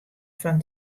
fan